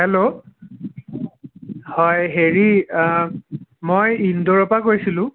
hello হয় হেৰি মই ইন্দোৰৰ পৰা কৈছিলোঁ